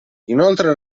inoltre